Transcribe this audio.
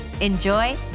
Enjoy